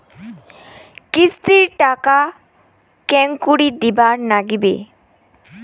কিস্তির টাকা কেঙ্গকরি দিবার নাগীবে?